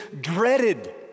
dreaded